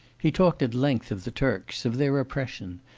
he talked at length of the turks, of their oppression,